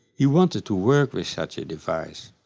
he wanted to work with such a device.